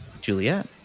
Juliet